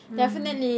mm